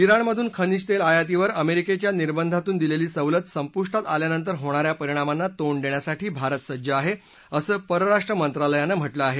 ज्ञाणमधून खनिज तेल आयातीवर अमेरिकेच्या निर्बधातून दिलेली सवलत संपुष्टात आल्यानंतर होणाऱ्या परिणामांना तोंड देण्यासाठी भारत सज्ज आहे असं परराष्ट्र मंत्रालयानं म्हटलं आहे